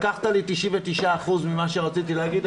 לקחת לי 99% ממה שרציתי להגיד.